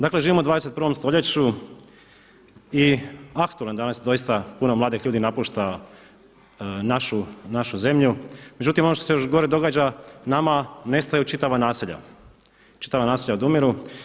Dakle, živimo u 21. stoljeću i aktualno je danas doista puno mladih ljudi napušta našu zemlju, međutim ono što se još gore događa nama nestaju čitava naselja, čitava naselja odumiru.